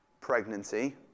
pregnancy